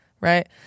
right